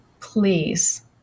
please